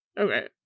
Okay